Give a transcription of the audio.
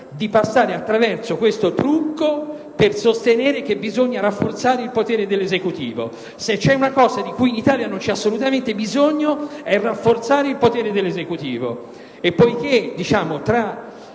di passare attraverso questo trucco per sostenere che bisogna rafforzare il potere dell'Esecutivo. Se c'è una cosa di cui in Italia non c'è assolutamente bisogno è rafforzare il potere dell'Esecutivo e poiché tra